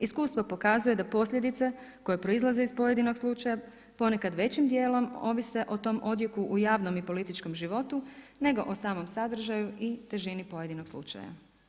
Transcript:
Iskustvo pokazuje da posljedice koje proizlaze iz pojedinog slučaja ponekad većim djelom ovise o tom odjeku u javnom i političkom životu nego o samom sadržaju i težini pojedinog slučaja.